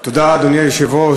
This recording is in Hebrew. אדוני היושב-ראש,